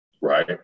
right